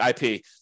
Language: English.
IP